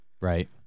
right